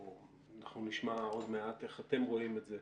אנחנו נשמע עוד מעט איך אתם רואים את זה,